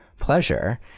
pleasure